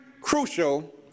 crucial